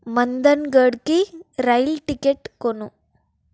మందన్ఘడ్కి రైలు టికెట్ కొను